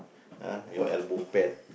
ah your elbow pad